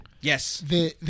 Yes